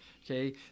Okay